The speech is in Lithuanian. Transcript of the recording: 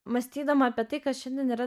mąstydama apie tai kas šiandien yra